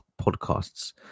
podcasts